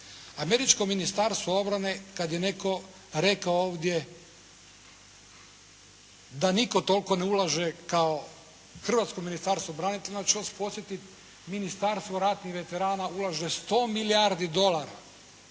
Američko Ministarstvo obrane kad je netko rekao ovdje da nitko toliko ne ulaže kao hrvatsko Ministarstvo branitelja, onda ću vas podsjetiti Ministarstvo ratnih veterana ulaže 100 milijardi dolara